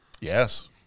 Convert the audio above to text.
Yes